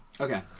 Okay